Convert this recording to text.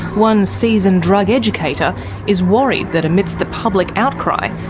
one seasoned drug educator is worried that amidst the public outcry,